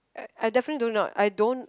uh I definitely do not I don't